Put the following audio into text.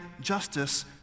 justice